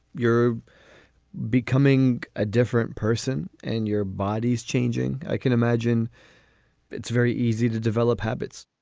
you're becoming a different person and your body's changing. i can imagine it's very easy to develop habits